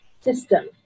system